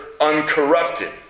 uncorrupted